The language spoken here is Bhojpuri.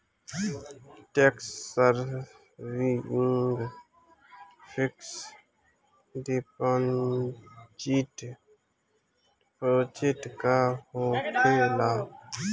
टेक्स सेविंग फिक्स डिपाँजिट का होखे ला?